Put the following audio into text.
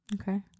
Okay